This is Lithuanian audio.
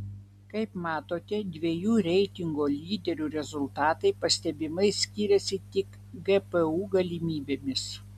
kaip matote dviejų reitingo lyderių rezultatai pastebimai skiriasi tik gpu galimybėmis